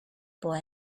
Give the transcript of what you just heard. boy